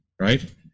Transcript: right